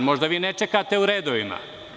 Možda vi ne čekate u redovima.